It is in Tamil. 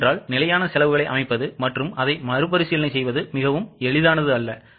ஏனென்றால் நிலையான செலவுகளை அமைப்பது மற்றும் அதை மறுபரிசீலனை செய்வது மிகவும் எளிதானது அல்ல